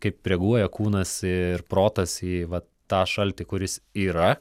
kaip reaguoja kūnas ir protas į va tą šaltį kuris yra